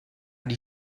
die